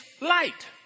light